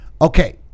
Okay